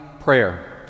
prayer